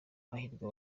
hahirwa